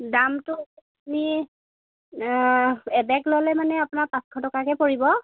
দামটো আপুনি এবেগ ল'লে মানে আপোনাৰ পাঁচশ টকাকৈ পৰিব